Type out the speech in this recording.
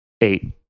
eight